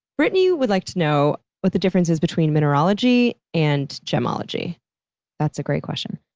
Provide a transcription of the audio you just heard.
britney would like to know what the difference is between mineralogy and gemology. that's a great question.